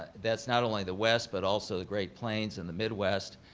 that's not only the west, but also the great plains and the midwest.